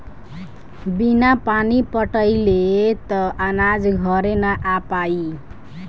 बिना पानी पटाइले त अनाज घरे ना आ पाई